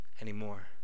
anymore